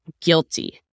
guilty